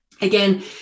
again